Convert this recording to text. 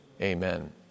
Amen